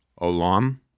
olam